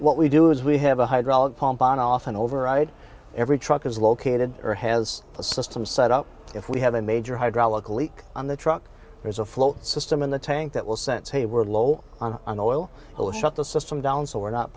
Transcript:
what we do is we have a hydraulic pump on off an override every truck is located or has a system set up if we have a major hydraulic leak on the truck there's a float system in the tank that will sense hey we're low on oil will shut the system down so we're not